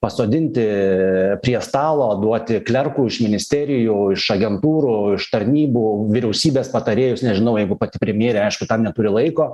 pasodinti prie stalo duoti klerkų iš ministerijų iš agentūrų iš tarnybų vyriausybės patarėjus nežinau jeigu pati premjerė aišku tam neturi laiko